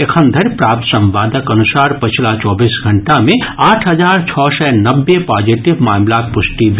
एखन धरि प्राप्त संवादक अनुसार पछिला चौबीस घंटा मे आठ हजार छओ सय नब्बे पॉजिटिव मामिलाक पुष्टि भेल